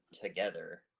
together